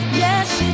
Yes